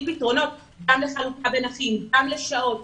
פתרונות גם לחלוקה בין אחים וגם לשעות,